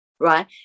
Right